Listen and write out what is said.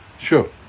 Sure